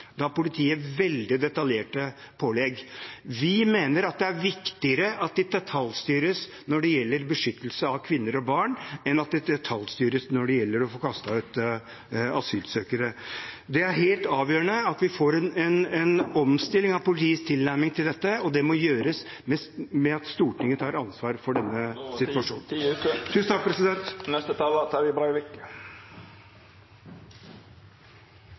Da har politiet veldig detaljerte pålegg. Vi mener det er viktigere at de detaljstyres når det gjelder beskyttelse av kvinner og barn, enn når det gjelder å få kastet ut asylsøkere. Det er helt avgjørende at vi får en omstilling av politiets tilnærming til dette, og det må gjøres ved at Stortinget tar ansvar for denne situasjonen. Takk